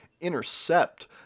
intercept